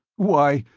why,